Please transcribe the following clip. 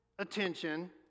attention